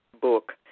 book